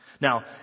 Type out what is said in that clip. Now